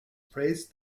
praised